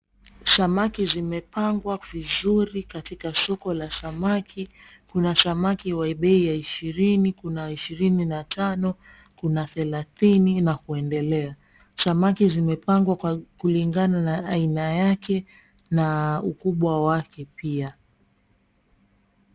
Samaki zimepangwa vizuri, katika soko la samaki. Kuna samaki wa bei ya ishirini, kuna ishirini na tano, kuna thelathini na kuendelea. Samaki zimepangwa kulingana na aina yake na ukubwa wake pia.